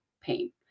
pain